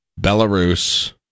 belarus